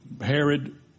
Herod